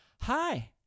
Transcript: hi